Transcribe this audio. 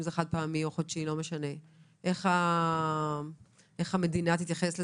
אם זה חד-פעמי או חודשי איך המדינה תתייחס לזה?